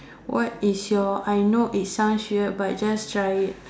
what is your I know it sounds weird but just try it